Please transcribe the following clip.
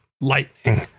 lightning